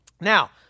Now